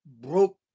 broke